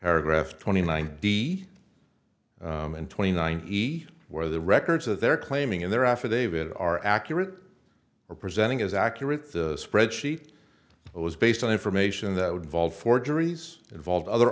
paragraph twenty nine d and twenty nine t where the records that they're claiming in their affidavit are accurate representing is accurate spreadsheet it was based on information that would involve forgeries involve other